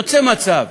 יוצא מצב,